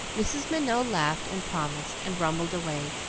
mrs. minot laughed, and promised, and rumbled away,